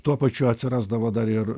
tuo pačiu atsirasdavo dar ir